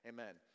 Amen